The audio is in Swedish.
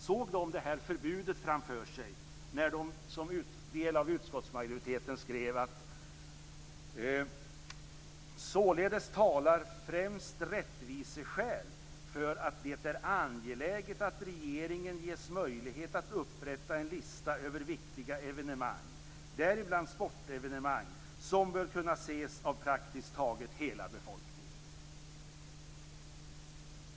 Såg de detta förbud framför sig när de som del av utskottsmajoriteten skrev "Således talar främst rättviseskäl för att det är angeläget att regeringen ges möjlighet att upprätta en lista över viktiga evenemang, däribland sportevenemang, som bör kunna ses av praktiskt taget hela befolkningen"?